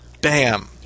Bam